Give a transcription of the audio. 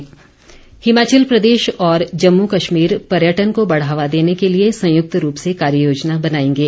पर्यटन हिमाचल प्रदेश व जम्मू कश्मीर पर्यटन को बढ़ावा देने के लिए संयुक्त रूप से कार्य योजना बनाएंगे